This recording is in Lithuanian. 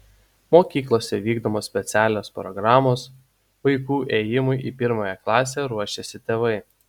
mokyklose vykdomos specialios programos vaikų ėjimui į pirmąją klasę ruošiasi tėvai